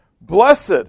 Blessed